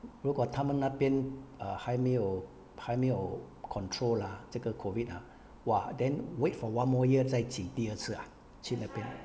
如果他们那边 err 还没有还没有 control ah 这个 COVID ah !wah! then wait for one more year 再请第二次 ah 去那边